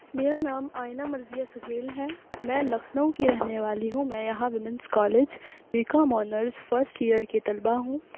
میرا نام آئینہ مرضیہ سہیل ہے میں لکھنؤ کی رہنے والی ہوں میں یہاں women's college B com honours first year کی طلبہ ہوں